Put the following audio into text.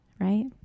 right